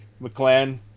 McClan